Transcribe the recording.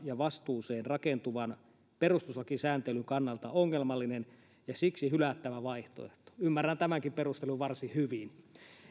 ja vastuuseen rakentuvan perustuslakisääntelyn kannalta ongelmallinen ja siksi hylättävä vaihtoehto ymmärrän tämänkin perustelun varsin hyvin